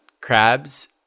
crabs